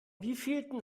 wievielten